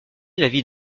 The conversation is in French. l’avis